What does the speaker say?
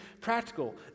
practical